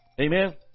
Amen